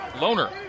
Loner